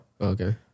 Okay